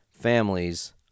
families